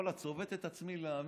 ואללה, צובט את עצמי כדי להאמין.